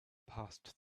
passed